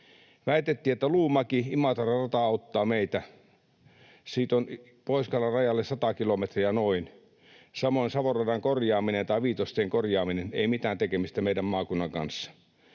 Väitettiin, että Luumäki—Imatra-rata auttaa meitä — siitä on Pohjois-Karjalan rajalle noin 100 kilometriä. Samoin Savon radan korjaaminen tai Viitostien korjaaminen: ei mitään tekemistä meidän maakuntamme kanssa.